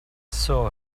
saw